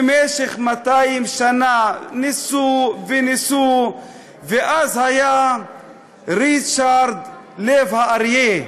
במשך 200 שנה ניסו וניסו, ואז היה ריצ'רד לב הארי.